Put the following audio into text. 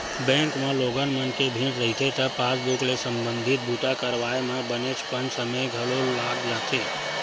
bank म लोगन मन के भीड़ रहिथे त पासबूक ले संबंधित बूता करवाए म बनेचपन समे घलो लाग जाथे